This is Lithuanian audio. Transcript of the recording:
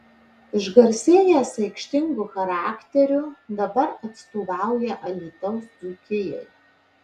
išgarsėjęs aikštingu charakteriu dabar atstovauja alytaus dzūkijai